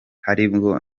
harimwo